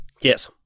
Yes